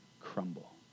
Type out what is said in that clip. crumble